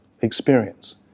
experience